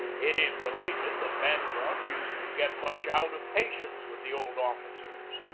it is related that bancroft used to get much out of patience with the old officers.